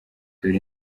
dore